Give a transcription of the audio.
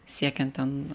siekiant ten